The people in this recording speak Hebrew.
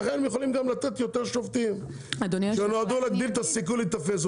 לכן הם יכולים גם לתת יותר שופטים שנועדו להגדיל את הסיכוי להיתפס.